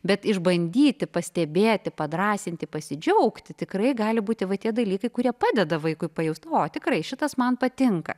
bet išbandyti pastebėti padrąsinti pasidžiaugti tikrai gali būti va tie dalykai kurie padeda vaikui pajust o tikrai šitas man patinka